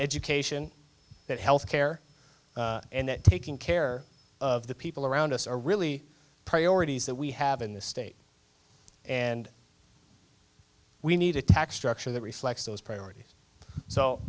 education that health care and taking care of the people around us are really priorities that we have in this state and we need a tax structure that reflects those priorities so